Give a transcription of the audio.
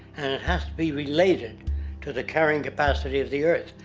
and it has to be related to the carrying capacity of the earth,